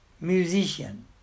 musician